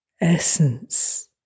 essence